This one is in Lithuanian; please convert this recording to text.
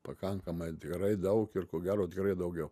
pakankamai tikrai daug ir ko gero tikrai daugiau